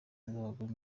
z’abagore